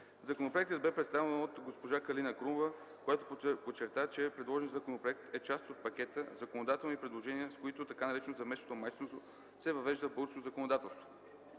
Законопроектът бе представен от госпожа Калина Крумова, която подчерта, че предложеният законопроект е част от пакета законодателни предложения, с които така нареченото „заместващо майчинство” се въвежда в българското законодателство.